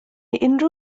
unrhyw